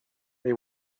they